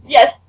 Yes